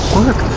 Work